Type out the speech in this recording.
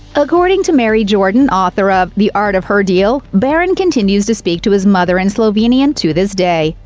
according to mary jordan, author of the art of her deal, barron continues to speak to his mother in slovenian to this day.